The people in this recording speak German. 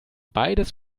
beides